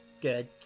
Good